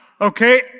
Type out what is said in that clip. okay